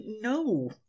no